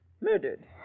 Murdered